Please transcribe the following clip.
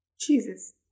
Jesus